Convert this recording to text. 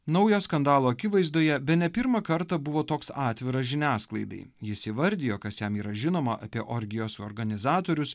naujo skandalo akivaizdoje bene pirmą kartą buvo toks atviras žiniasklaidai jis įvardijo kas jam yra žinoma apie orgijos organizatorius